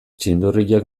txindurriek